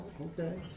Okay